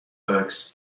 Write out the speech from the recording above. books